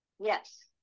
Yes